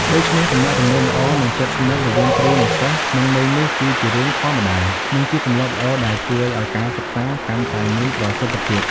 ដូច្នេះ ទំនាក់ទំនងល្អនិងជិតស្និទ្ធរវាងគ្រូ និងសិស្សក្នុងន័យនេះ គឺជារឿងធម្មតា និងជាទម្លាប់ល្អដែលជួយឱ្យការសិក្សាកាន់តែមានប្រសិទ្ធភាព។